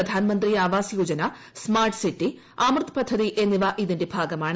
Pradhan Mantri Awas Yojana smart city Amrut പദ്ധതി എന്നിവ ഇതിന്റെ ഭാഗമാണ്